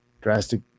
Drastic